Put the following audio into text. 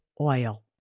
oil